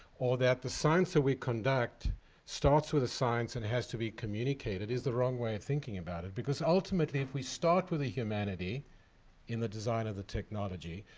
or that the science that we conduct starts with a science and has to be communicated is the wrong way of thinking about it, because ultimately we start with the humanity in the design of the technology,